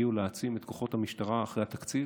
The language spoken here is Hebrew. שהגיעו להעצים את כוחות המשטרה אחרי התקציב,